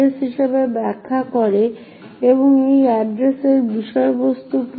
এই user string তাই মূলত আমরা এখানে যা করেছি তা হল আমরা s এর এড্রেস প্রদান করেছি যেটি হল 0804a040